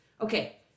okay